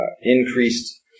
increased